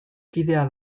kidea